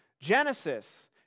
Genesis